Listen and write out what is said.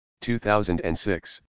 2006